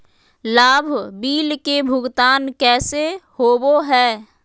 लाभ बिल के भुगतान कैसे होबो हैं?